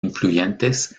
influyentes